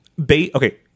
Okay